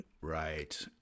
Right